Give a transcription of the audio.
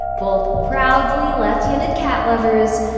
both proudly left-handed cat lovers,